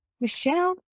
Michelle